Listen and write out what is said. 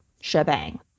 shebang